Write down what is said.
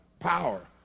Power